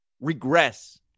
regress